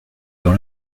dans